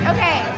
Okay